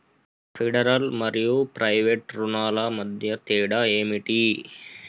Federal మరియు private రుణాల మధ్య తేడా ఏమిటి?